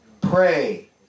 pray